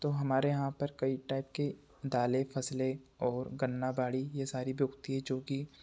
तो हमारे यहाँ पर कई टाइप की दालें फसलें और गन्ना बाड़ी यह सारी भी उगती हैं जो कि